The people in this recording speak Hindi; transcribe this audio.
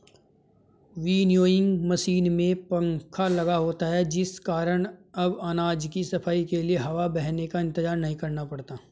विन्नोइंग मशीन में पंखा लगा होता है जिस कारण अब अनाज की सफाई के लिए हवा बहने का इंतजार नहीं करना पड़ता है